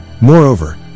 Moreover